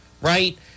right